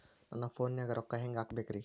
ನನ್ನ ಫೋನ್ ನಾಗ ರೊಕ್ಕ ಹೆಂಗ ಹಾಕ ಬೇಕ್ರಿ?